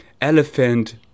elephant